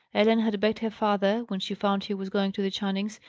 ellen had begged her father, when she found he was going to the channings',